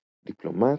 דיפלומט,